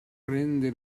prende